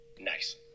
nice